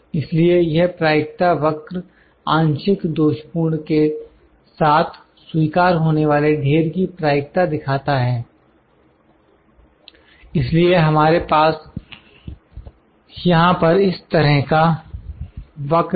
इसलिए यह प्रायिकता वक्र आंशिक दोषपूर्ण के साथ स्वीकार होने वाले ढेर की प्रायिकता दिखाता है इसलिए हमारे पास यहां पर इस तरह का वक्र है